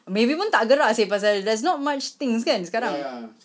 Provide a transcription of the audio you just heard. maybe pun tak gerak seh pasal there's not much things kan sekarang